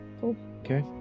Okay